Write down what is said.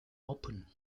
opened